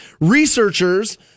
Researchers